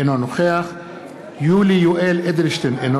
אינו נוכח יולי יואל אדלשטיין, אינו